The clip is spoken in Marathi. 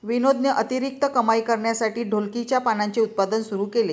विनोदने अतिरिक्त कमाई करण्यासाठी ढोलकीच्या पानांचे उत्पादन सुरू केले